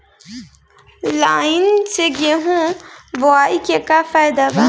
Line से गेहूं बोआई के का फायदा बा?